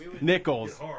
Nickels